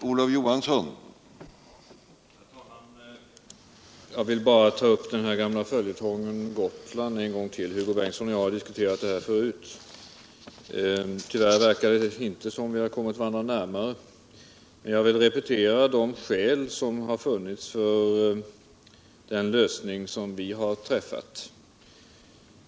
Herr talman! Jag vill bara ta upp den gamla följetongen Gotland en gång till. Hugo Bengtsson och jag har diskuterat frågan tidigare. Tyvärr verkar det inte som om vi kommit varandra närmare. Men tag vill repetera några skäl som förelegat för den lösning vi kommit fram till och synpunker i övrigt.